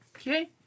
Okay